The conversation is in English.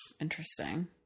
Interesting